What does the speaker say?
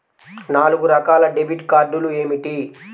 నాలుగు రకాల డెబిట్ కార్డులు ఏమిటి?